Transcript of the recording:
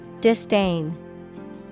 Disdain